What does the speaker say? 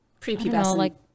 prepubescent